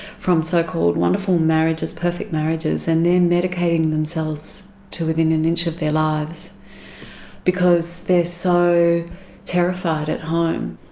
from so-called wonderful marriages, perfect marriages, and they're medicating themselves to within an inch of their lives because they're so terrified at home.